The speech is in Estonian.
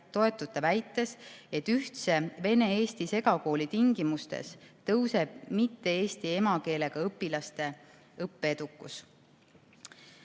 toetute väites, et ühtse vene-eesti segakooli tingimustes tõuseb mitte-eesti emakeelega õpilaste õppeedukus?"